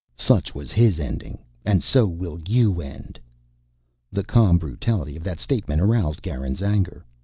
such was his ending, and so will you end the calm brutality of that statement aroused garin's anger.